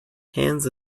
hands